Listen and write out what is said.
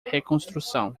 reconstrução